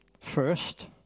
First